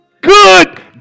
Good